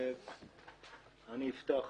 יפתח